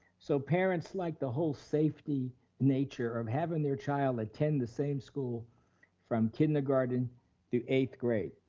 so parents like the whole safety nature of having their child attend the same school from kindergarten through eighth grade.